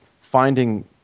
finding